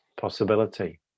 possibility